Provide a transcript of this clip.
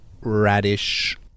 radish